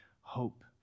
hope